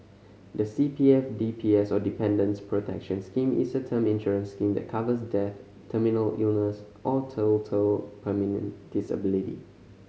the C P F D P S or Dependants Protection Scheme is a term insurance scheme that covers death terminal illness or total permanent disability